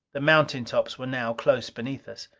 the mountain tops were now close beneath us.